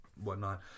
whatnot